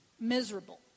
miserable